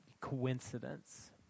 coincidence